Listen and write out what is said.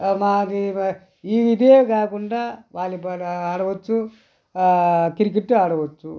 మాది ఇదే కాకుండా వాలీబాల్ ఆడవచ్చు క్రికెట్టు ఆడవచ్చు